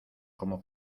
como